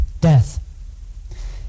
death